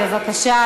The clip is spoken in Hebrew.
בבקשה,